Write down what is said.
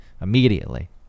immediately